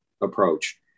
approach